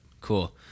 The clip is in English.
cool